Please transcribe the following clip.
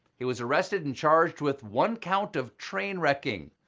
he was arrested and charged with one count of train wrecking.